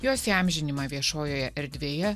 jos įamžinimą viešojoje erdvėje